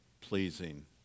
pleasing